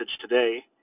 today